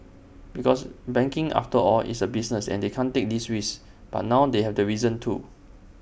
because banking after all is A business they can't take these risks but now they have the reason to